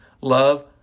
love